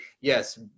yes